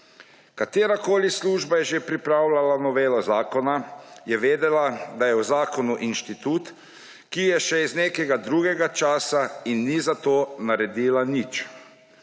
Katerakoli služba je že pripravljala novelo zakona, je vedela, da je v zakonu inštitut, ki je še iz nekega drugega časa, in ni za to naredila nič.